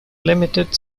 limited